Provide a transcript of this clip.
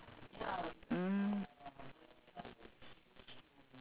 oh oh same okay usually you cook at home is it